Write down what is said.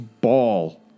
ball